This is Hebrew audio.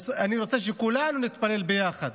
אני רוצה שכולנו נתפלל ביחד